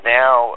now